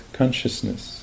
consciousness